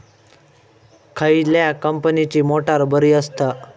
खयल्या कंपनीची मोटार बरी असता?